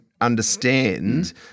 understand